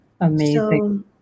amazing